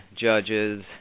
judges